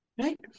right